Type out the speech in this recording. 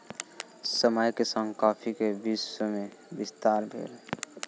समय के संग कॉफ़ी के विश्व में विस्तार भेल